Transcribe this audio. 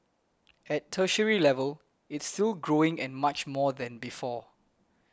at tertiary level it's still growing and much more than before